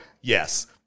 Yes